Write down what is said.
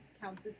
counts